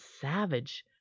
savage